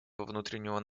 внутреннего